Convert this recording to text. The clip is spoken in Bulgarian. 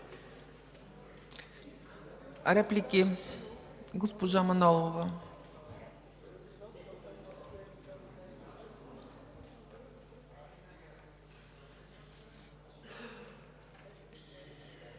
Реплики? Госпожа Манолова.